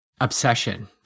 obsession